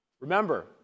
Remember